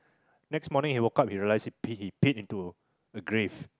next morning he woke up he realised he pee he peed into a grave